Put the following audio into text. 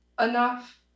enough